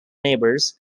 neighbors